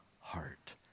heart